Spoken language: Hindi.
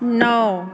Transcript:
नौ